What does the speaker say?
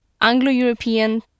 Anglo-European